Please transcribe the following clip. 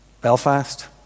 Belfast